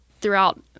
throughout